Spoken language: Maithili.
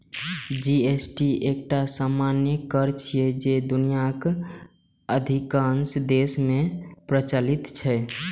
जी.एस.टी एकटा सामान्य कर छियै, जे दुनियाक अधिकांश देश मे प्रचलित छै